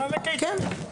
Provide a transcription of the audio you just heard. כן.